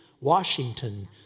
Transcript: Washington